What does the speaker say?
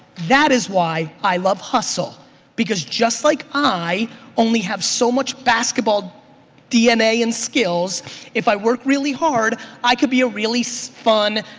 that is why i love hustle because just like i only have so much basketball dna and skills if i work really hard i could be a really so fun,